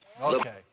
Okay